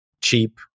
cheap